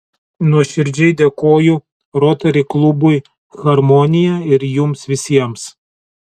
nuoširdžiai dėkoju rotary klubui harmonija ir jums visiems